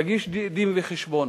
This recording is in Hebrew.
תגיש דין-וחשבון.